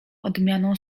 odmianą